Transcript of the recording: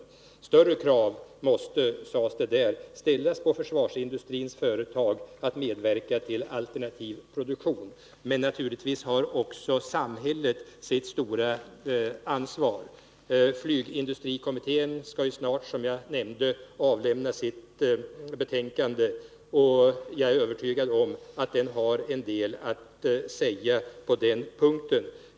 Större krav, sade kongressen, måste ställas på försvarsindustrins företag att medverka till alternativ produktion. Men naturligtvis har också samhället sitt stora ansvar. Flygindustrikommittén skall ju, som jag redan nämnt, snart avlämna sitt betänkande. Jag är övertygad om att den har en del att säga på den här punkten.